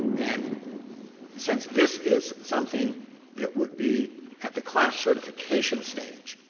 and since this is something that would be at the class certification stage,